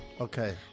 Okay